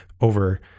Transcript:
over